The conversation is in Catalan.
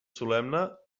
solemne